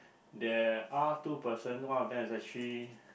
there are two person one of them is actually